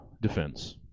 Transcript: defense